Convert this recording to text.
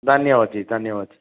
धन्यवादः जि धन्यवादः जी